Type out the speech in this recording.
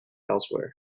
elsewhere